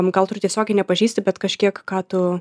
gal tu ir tiesiogiai nepažįsti bet kažkiek ką tu